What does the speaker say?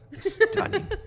stunning